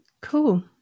cool